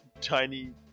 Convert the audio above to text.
tiny